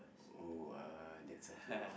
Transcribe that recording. oh uh that sounds so wrong